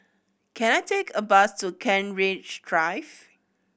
can I take a bus to Kent Ridge Drive